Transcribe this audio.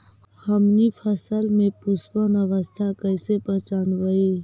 हमनी फसल में पुष्पन अवस्था कईसे पहचनबई?